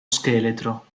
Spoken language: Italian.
scheletro